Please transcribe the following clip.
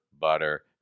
butter